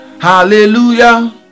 Hallelujah